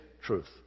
truth